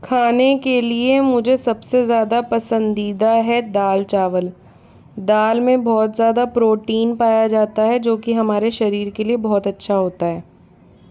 खाने के लिए मुझे सबसे ज़्यादा पसंदीदा है दाल चावल दाल में बहुत ज़्यादा प्रोटीन पाया जाता है जो कि हमारे शरीर के लिए बहुत अच्छा होता है